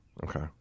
Okay